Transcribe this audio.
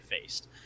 faced